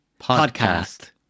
Podcast